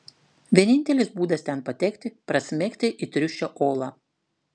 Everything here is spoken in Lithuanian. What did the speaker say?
vienintelis būdas ten patekti prasmegti į triušio olą